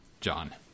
John